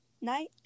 night